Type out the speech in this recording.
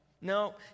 No